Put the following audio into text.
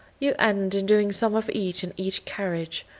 you end in doing some of each in each carriage,